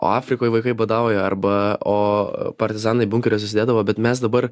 o afrikoje vaikai badauja arba o partizanai bunkeriuose susidėdavo bet mes dabar